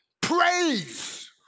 Praise